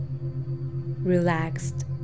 relaxed